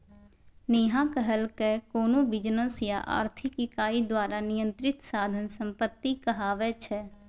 नेहा कहलकै कोनो बिजनेस या आर्थिक इकाई द्वारा नियंत्रित साधन संपत्ति कहाबै छै